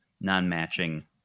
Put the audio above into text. non-matching